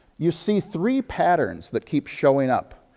you see three patterns that keep showing up.